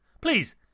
please